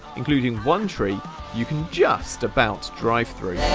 including one tree you can just about drive through.